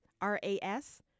r-a-s